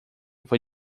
foi